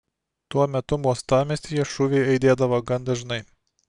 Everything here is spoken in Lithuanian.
tuo metu uostamiestyje šūviai aidėdavo gan dažnai